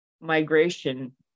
migration